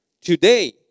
Today